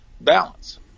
balance